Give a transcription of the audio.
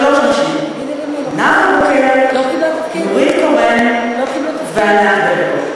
שלוש נשים: נאוה בוקר, נורית קורן וענת ברקו.